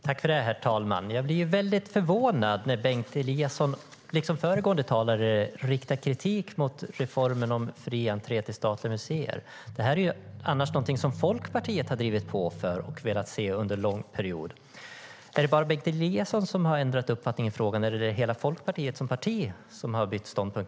Herr talman! Jag blir väldigt förvånad när Bengt Eliasson, liksom föregående talare, riktar kritik mot reformen om fri entré till statliga museer. Det är annars någonting som Folkpartiet har drivit och velat se under en lång period. Är det bara Bengt Eliasson som har ändrat uppfattning i frågan, eller är det hela Folkpartiet som parti som har bytt ståndpunkt?